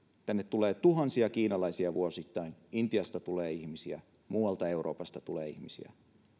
tänne tulee tuhansia kiinalaisia vuosittain intiasta tulee ihmisiä muualta euroopasta tulee ihmisiä